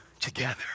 together